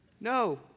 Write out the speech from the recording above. No